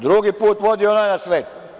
Drugi put vodi onaj na svet.